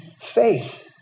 faith